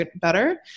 better